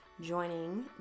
joining